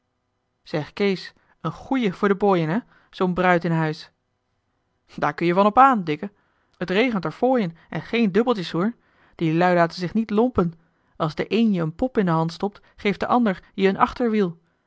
zeg kees een goeie voor de booien hè zoo'n bruid in huis daar kun je van op an dikke t regent er fooien en geen dubbeltjes hoor die lui laten zich niet lompen als de een je een pop in de hand stopt geeft de ander je een achterwiel